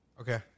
Okay